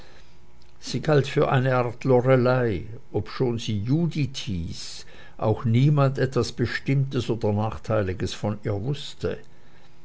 sie galt für eine art lorelei obschon sie judith hieß auch niemand etwas bestimmtes oder nachteiliges von ihr wußte